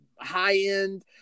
high-end